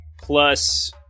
plus